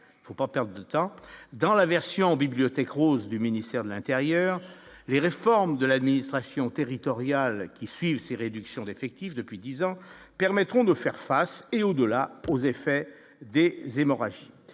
années, faut pas perdre de temps dans la version Bibliothèque rose du ministère de l'Intérieur, les réformes de l'administration territoriale qui suivent ces réductions d'effectifs depuis 10 ans, permettront de faire face et au-delà aux effets des hémorragies,